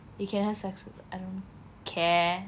you can have sex with I don't care